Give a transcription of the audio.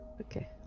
Okay